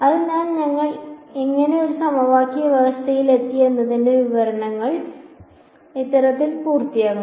അതിനാൽ ഞങ്ങൾ എങ്ങനെ ഒരു സമവാക്യ വ്യവസ്ഥയിൽ എത്തി എന്നതിന്റെ വിവരണം ഇത്തരത്തിൽ പൂർത്തിയാക്കുന്നു